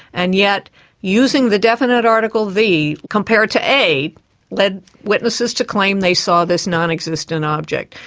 and yet using the definite article the compared to a led witnesses to claim they saw this non-existent object.